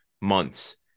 months